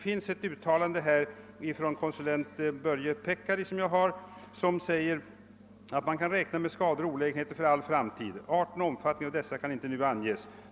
Konsulent Börje Pekkari har uttalat: >Man kan räkna med skador och olägenheter för all framtid. Arten och omfattningen av dessa kan inte nu anges.